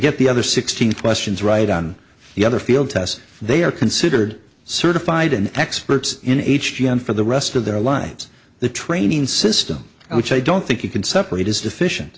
get the other sixteen questions right on the other field to us they are considered certified and experts in h c m for the rest of their lives the training system which i don't think you can separate is deficient